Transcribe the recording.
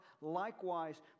likewise